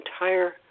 entire